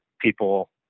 people